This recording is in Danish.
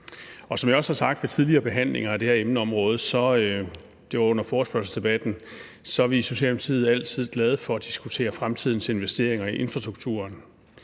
Som jeg også har sagt ved tidligere behandlinger på det her emneområde – det var under forespørgselsdebatten – er vi i Socialdemokratiet altid glade for at diskutere fremtidens investeringer i infrastrukturen,